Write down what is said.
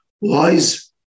WISE